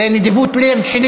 זה נדיבות לב שלי,